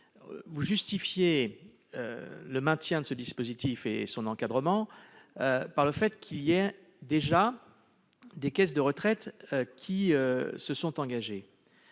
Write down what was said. Vous justifiez le maintien de ce dispositif et son encadrement par le fait que des caisses de retraite s'y sont déjà engagées.